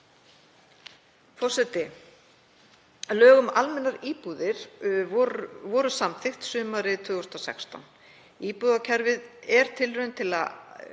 Forseti. Lög um almennar íbúðir voru samþykkt sumarið 2016. Íbúðakerfið er tilraun til að